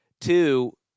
Two